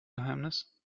geheimnis